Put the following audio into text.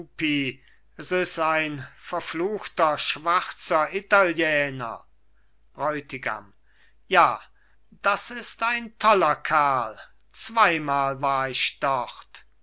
s is ein verfluchter schwarzer italiener bräutigam ja das ist ein toller kerl zweimal war ich dort